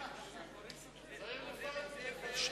צריך לפטר,